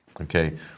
okay